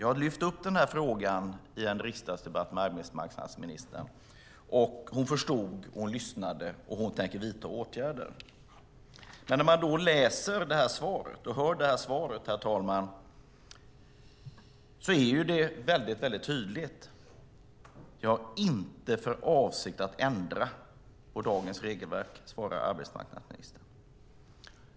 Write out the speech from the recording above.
Jag har lyft upp frågan i en riksdagsdebatt med arbetsmarknadsministern, och hon förstod, lyssnade och tänker vidta åtgärder. Men om man läser och lyssnar på svaret är budskapet tydligt: Jag har inte för avsikt att ändra på dagens regelverk, svarar arbetsmarknadsministern.